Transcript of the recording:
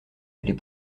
les